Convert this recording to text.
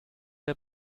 der